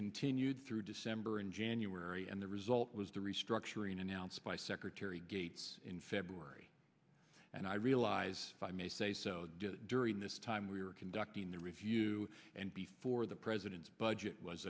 continued through december and january and the result was the restructuring announced by secretary gates in february and i realize i may say so during this time we were conducting the review and before the president's budget was